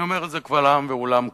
אני אומר את זה קבל עם ועולם כאן,